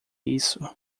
isso